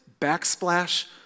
backsplash